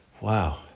Wow